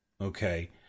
okay